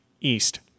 East